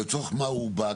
לצורך מה הוא בא?